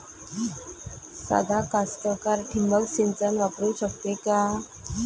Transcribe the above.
सादा कास्तकार ठिंबक सिंचन वापरू शकते का?